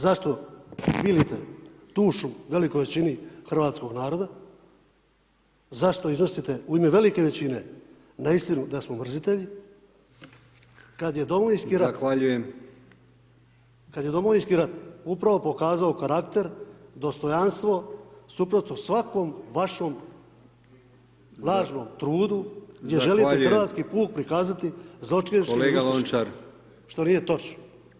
Zašto, cvilite dušu velikoj većini hrvatskog naroda, zašto iznosite, u ime velike većine, neistinu da smo mrzitelji kad je Domovinski rat [[Upadica: Zahvaljujem]] kad je Domovinski rat upravo pokazao karakter, dostojanstvo suprotno svakom vašom lažnom trudu [[Upadica: Zahvaljujem]] jer želite hrvatski puk prikazati zločinačkim [[Upadica: Kolega Lončar]] ustaškim, što nije točno.